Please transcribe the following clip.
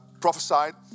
prophesied